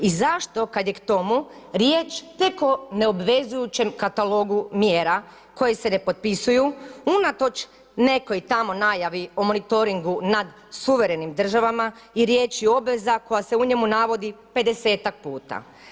I zašto kad je k tomu riječ tek o ne obvezujućem katalogu mjera koje se ne potpisu unatoč nekoj tamo najavi o monitoringu nad suverenim državama i riječi obveza koja se u njemu navodi 50-tak puta?